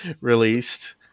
released